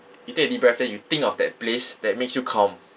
you take a deep breath then you think of that place that makes you calm